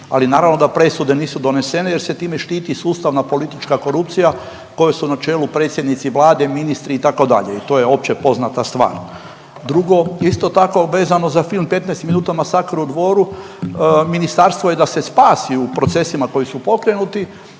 ali naravno da presude nisu donesene jer se time štiti sustavna politička korupcija kojoj su na čelu predsjednici Vlade, ministri itd. i to je opće poznata stvar. Drugo, isto tako, vezano za film 15 minuta masakra u Dvoru, ministarstvo je da se spasi u procesima koji su pokrenuti,